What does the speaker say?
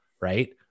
right